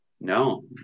No